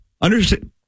understand